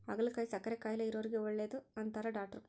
ಹಾಗಲಕಾಯಿ ಸಕ್ಕರೆ ಕಾಯಿಲೆ ಇರೊರಿಗೆ ಒಳ್ಳೆದು ಅಂತಾರ ಡಾಟ್ರು